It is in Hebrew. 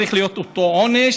צריך להיות את אותו עונש,